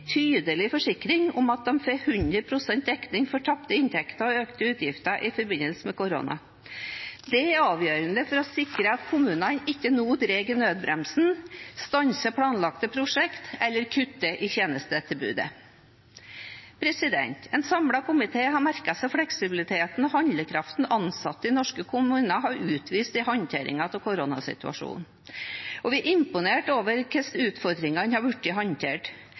tydelig forsikring om at de får 100 pst. dekning for tapte inntekter og økte utgifter i forbindelse med korona. Det er avgjørende for å sikre at kommunene ikke drar i nødbremsen nå, stanser planlagte prosjekter eller kutter i tjenestetilbudet. En samlet komité har merket seg fleksibiliteten og handlekraften ansatte i norske kommuner har utvist i håndteringen av koronasituasjonen, og vi er imponert over hvordan utfordringene har blitt håndtert.